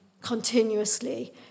continuously